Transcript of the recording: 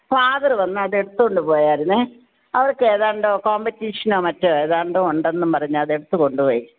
father വന്നു അത് എടുത്തുകൊണ്ട് പോയായിരുന്നേ അവര്ക്ക് ഏതാണ്ട് കോമ്പറ്റീഷനോ മറ്റോ ഏതാണ്ട് ഉണ്ടെന്നും പറഞ്ഞ് അത് എടുത്ത് കൊണ്ടുപോയി